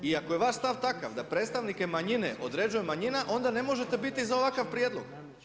I ako je vaš stav takav da predstavnike manjine određuje manjina, onda ne možete biti za ovakav prijedlog.